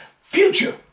future